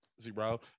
Zero